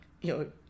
yo